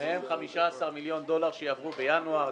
מהם 15 מיליון דולר יעברו בינואר.